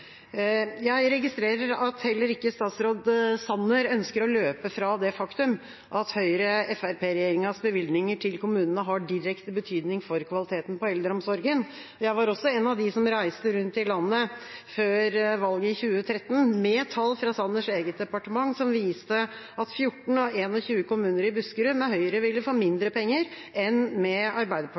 Jeg registrerer at heller ikke statsråd Sanner ønsker å løpe fra det faktum at Høyre–Fremskrittsparti-regjeringas bevilgninger til kommunene har direkte betydning for kvaliteten på eldreomsorgen. Jeg var også en av dem som reiste rundt i landet før valget i 2013 med tall fra statsråd Sanners eget departement, som viste at 14 av 21 kommuner i Buskerud ville få mindre penger med Høyre enn med Arbeiderpartiet,